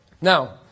Now